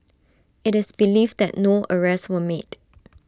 IT is believed that no arrests were made